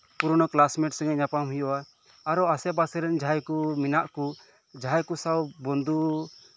ᱯᱩᱨᱳᱱᱳ classmate ᱥᱚᱜᱮ ᱧᱟᱯᱟᱢ ᱦᱩᱭᱩᱜᱼᱟ ᱟᱨᱚ ᱟᱥᱮ ᱯᱟᱥᱮ ᱨᱮᱱ ᱡᱟᱦᱟᱸᱭ ᱠᱚ ᱢᱮᱱᱟᱜ ᱠᱚ ᱡᱟᱦᱟᱸᱭ ᱠᱚ ᱥᱟᱶ ᱵᱚᱱᱫᱷᱩ